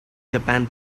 japan